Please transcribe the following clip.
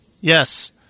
Yes